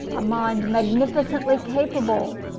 a mind magnificently capable,